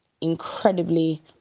incredibly